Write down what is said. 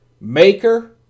maker